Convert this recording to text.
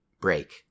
break